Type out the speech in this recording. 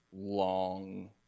long